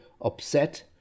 upset